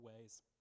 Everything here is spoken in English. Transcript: ways